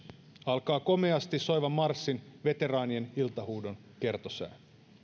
alkaa komeasti soivan marssin veteraanien iltahuudon kertosäe